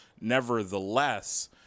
Nevertheless